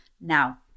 Now